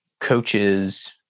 coaches